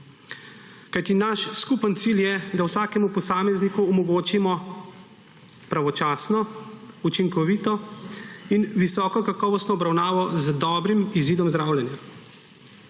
Naš skupni cilj je, da vsakemu posamezniku omogočimo pravočasno, učinkovito in visoko kakovostno obravnavo z dobrim izidom zdravljenja.